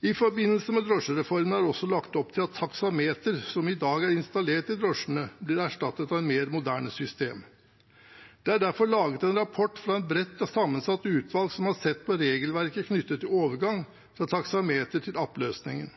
I forbindelse med drosjereformen er det også lagt opp til at taksameter, som i dag er installert i drosjene, blir erstattet av et mer moderne system. Det er derfor laget en rapport fra et bredt og sammensatt utvalg som har sett på regelverket knyttet til overgang fra taksameter til app-løsningen.